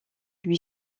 lui